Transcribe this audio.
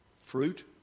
fruit